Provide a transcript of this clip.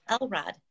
Elrod